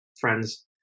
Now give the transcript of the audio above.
friends